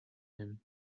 him